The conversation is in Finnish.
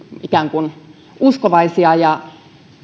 ikään kuin lakiuskovaisia ja